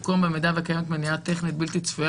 במקום "במידה וקיימת מניעה טכנית בלתי צפויה